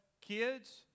kids